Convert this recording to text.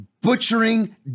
butchering